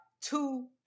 two